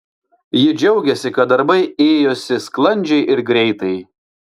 ji džiaugiasi kad darbai ėjosi sklandžiai ir greitai